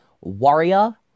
warrior